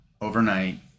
overnight